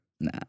Nah